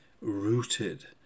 rooted